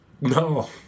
No